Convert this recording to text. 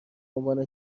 عنوان